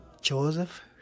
Joseph